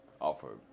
offer